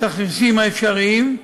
התרחישים האפשריים,